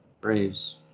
Braves